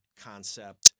concept